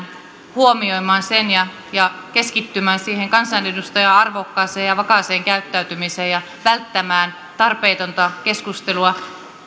huomioimaan sen ja ja keskittymään siihen kansanedustajan arvokkaaseen ja vakaaseen käyttäytymiseen ja välttämään tarpeetonta keskustelua